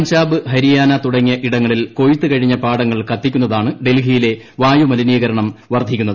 പഞ്ചാബ് ഹരിയാന തുടങ്ങിയ ഇടങ്ങളിൽ കൊയ്ത്ത് കഴിഞ്ഞ പാടങ്ങൾ കത്തിക്കുന്നതാണ് ഡൽഹിയിലെ വായുമലിനീകരണം വർധിപ്പിക്കുന്നത്